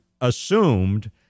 assumed